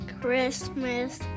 Christmas